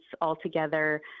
altogether